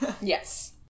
Yes